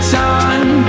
time